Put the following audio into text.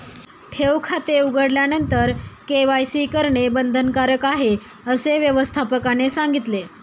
ठेव खाते उघडल्यानंतर के.वाय.सी करणे बंधनकारक आहे, असे व्यवस्थापकाने सांगितले